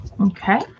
okay